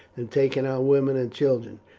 and taking our women and children,